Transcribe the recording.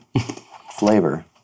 flavor